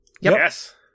Yes